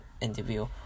interview